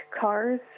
cars